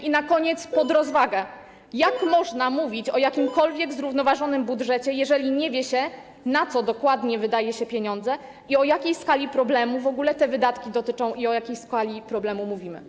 I na koniec pod rozwagę: Jak można mówić o jakimkolwiek zrównoważonym budżecie, jeżeli nie wie się, na co dokładnie wydaje się pieniądze, czego w ogóle te wydatki dotyczą i o jakiej skali problemu mówimy?